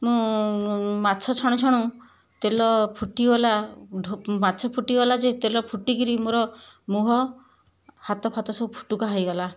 ମୁଁ ମାଛ ଛାଣୁ ଛାଣୁ ତେଲ ଫୁଟି ଗଲା ମାଛ ଫୁଟିଗଲା ଯେ ତେଲ ଫୁଟିକିରି ମୋର ମୁହଁ ହାତ ଫାତ ସବୁ ଫୋଟକା ହେଇଗଲା